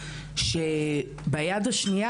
ביד השנייה,